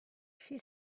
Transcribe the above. she